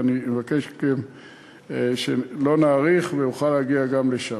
ואני מבקש מכם שלא נאריך ואוכל להגיע גם לשם.